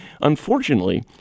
unfortunately